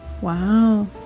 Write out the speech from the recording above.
Wow